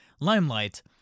limelight